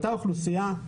כלי אחר לאותה אוכלוסייה,